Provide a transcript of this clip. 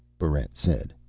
barrent said.